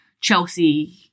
Chelsea